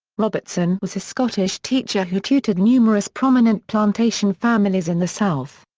robertson was a scottish teacher who tutored numerous prominent plantation families in the south.